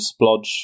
splodge